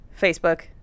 Facebook